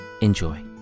Enjoy